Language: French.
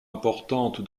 importante